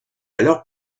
alors